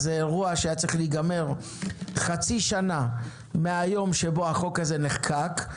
זה אירוע שהיה צריך להיגמר חצי שנה מהיום שבו החוק הזה נחקק.